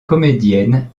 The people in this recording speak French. comédienne